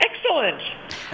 excellent